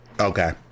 Okay